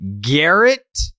Garrett